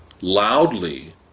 loudly